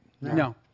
No